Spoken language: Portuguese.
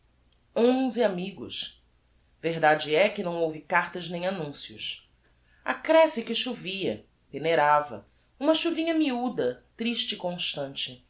onze amigos verdade é que não houve cartas nem annuncios accresce que chovia peneirava uma chuvinha miuda triste e constante